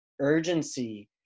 urgency